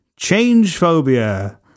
Changephobia